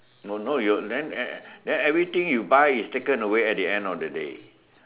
don't know you then e~ e~ then everything you buy is taken away at the end of the day